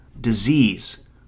disease